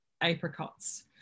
apricots